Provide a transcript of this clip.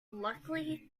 luckily